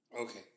Okay